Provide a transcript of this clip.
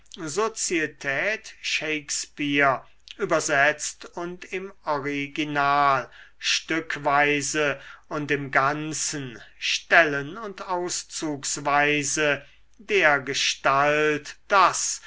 sozietät shakespeare übersetzt und im original stückweise und im ganzen stellen und auszugsweise dergestalt daß